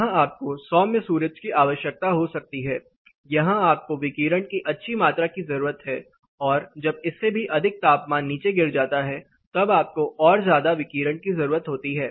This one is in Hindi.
यहां आपको सौम्य सूरज की आवश्यकता हो सकती है यहां आपको विकिरण की अच्छी मात्रा की जरूरत है और जब इससे भी अधिक तापमान नीचे गिर जाता है तब आपको और ज्यादा विकिरण की जरूरत होती है